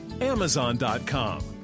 amazon.com